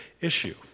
issue